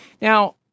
Now